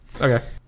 Okay